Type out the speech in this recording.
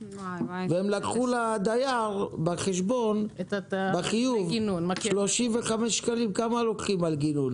והם לקחו לדייר בחיוב 35 שקלים על גינון.